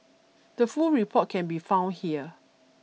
the full report can be found here